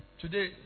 today